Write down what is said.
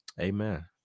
Amen